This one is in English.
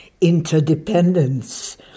interdependence